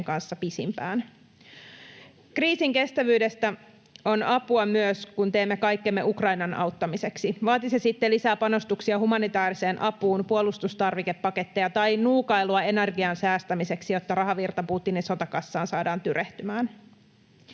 kanssa pisimpään. Kriisinkestävyydestä on apua myös, kun teemme kaikkemme Ukrainan auttamiseksi, vaatii se sitten lisäpanostuksia humanitaariseen apuun, puolustustarvikepaketteja tai nuukailua energian säästämiseksi, jotta rahavirta Putinin sotakassaan saadaan tyrehtymään.